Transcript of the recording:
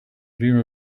dream